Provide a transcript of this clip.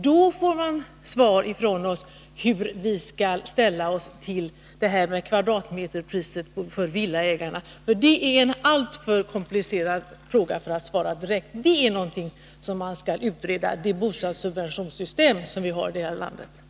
Vi kommer att lämna svar på hur vi skall ställa oss till frågan om kvadratmeterpriset för villaägarna. Det är en alltför komplicerad fråga att svara direkt på. Det bostadssubventionssystem som vi har är någonting som vi skall utreda.